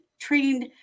trained